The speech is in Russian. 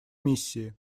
миссии